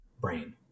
brain